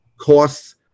costs